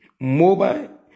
mobile